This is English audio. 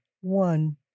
one